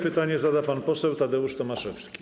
Pytanie zada pan poseł Tadeusz Tomaszewski.